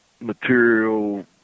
material